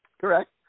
Correct